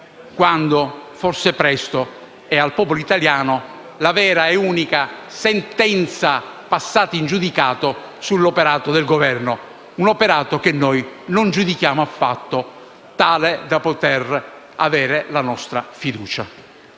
quando, forse presto, esprimerà la vera ed unica sentenza passata in giudicato sull'operato del Governo. Un operato che noi non giudichiamo affatto tale da poter avere la nostra fiducia.